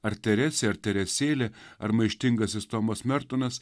ar teresė ir teresėlė ar maištingasis tomas mertonas